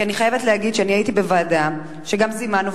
כי אני חייבת להגיד שאני הייתי בוועדה שגם זימנו,